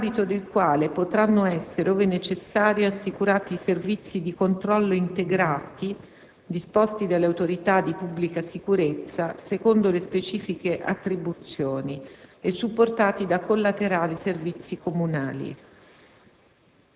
nell'ambito del quale potranno essere, ove necessario, assicurati servizi di controllo integrati, disposti dalle autorità di pubblica sicurezza, secondo le specifiche attribuzioni, e supportati da collaterali servizi comunali.